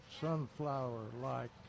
sunflower-like